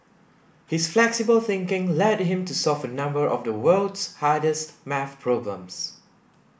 his flexible thinking led him to solve a number of the world's hardest maths problems